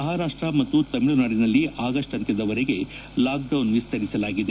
ಮಹಾರಾಷ್ಲ ಮತ್ತು ತಮಿಳುನಾಡಿನಲ್ಲಿ ಆಗಸ್ಸ್ ಅಂತ್ಲದವರೆಗೆ ಲಾಕ್ಡೌನ್ ವಿಸ್ತರಿಸಲಾಗಿದೆ